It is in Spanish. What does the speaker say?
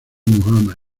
muhammad